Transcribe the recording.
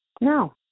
No